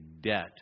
debt